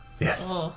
Yes